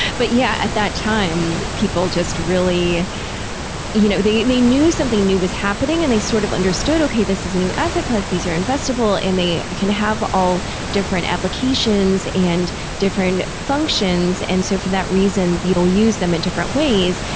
but yeah, at that time people just really you know they they knew something new was happening and they sort of understood, okay, this is a new asset class, these are investible, and they can have all different applications and different functions. and so for that reason, you will use them in different ways.